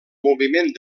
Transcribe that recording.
moviment